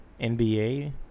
NBA